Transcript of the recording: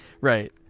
Right